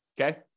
Okay